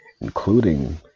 including